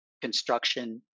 construction